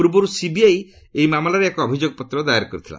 କୂର୍ବରୁ CBI ମାମଲାରେ ଏକ ଅଭିଯୋଗ ପତ୍ର ଦାଏର କରିଥିଲା